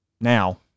Now